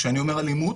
כשאני אומר אלימות,